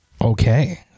Okay